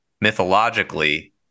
mythologically